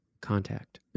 contact